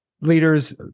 leaders